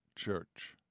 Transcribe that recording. church